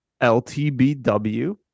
ltbw